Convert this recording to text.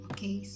Okay